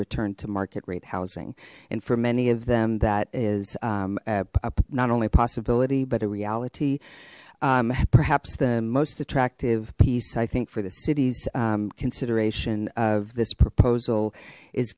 return to market rate housing and for many of them that is a not only possibility but a reality perhaps the most attractive piece i think for the city's consideration of this proposal i